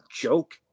joke